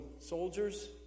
soldiers